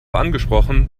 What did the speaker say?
angesprochen